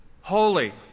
holy